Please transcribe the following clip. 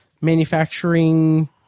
manufacturing